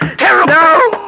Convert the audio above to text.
terrible